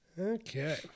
Okay